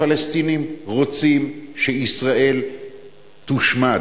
הפלסטינים רוצים שישראל תושמד.